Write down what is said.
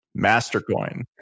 Mastercoin